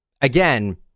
again